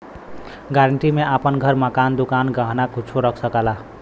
guarantee में आपन घर, मकान, दुकान, गहना कुच्छो रख सकला